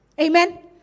Amen